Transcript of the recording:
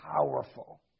powerful